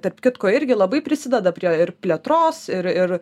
tarp kitko irgi labai prisideda prie ir plėtros ir ir